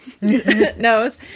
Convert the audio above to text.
knows